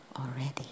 already